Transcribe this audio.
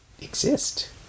exist